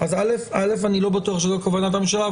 אני לא בטוח שזאת כוונת הממשלה,